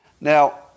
Now